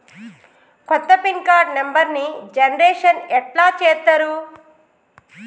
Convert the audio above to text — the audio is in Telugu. కొత్త పిన్ కార్డు నెంబర్ని జనరేషన్ ఎట్లా చేత్తరు?